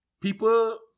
People